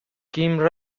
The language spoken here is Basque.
kim